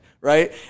right